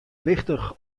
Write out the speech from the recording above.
wichtich